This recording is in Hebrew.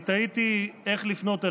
אני תהיתי איך לפנות אליך: